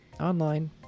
online